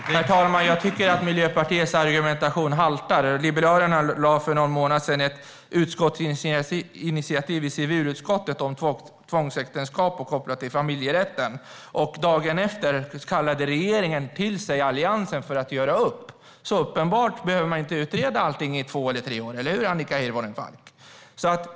Herr talman! Jag tycker att Miljöpartiets argumentation haltar. Liberalerna lade för några månader sedan fram ett utskottsinitiativ i civilutskottet om tvångsäktenskap kopplat till familjerätten. Dagen efter kallade regeringen till sig Alliansen för att göra upp. Så uppenbarligen behöver man inte utreda allting i två eller tre år - eller hur, Annika Hirvonen Falk?